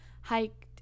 hiked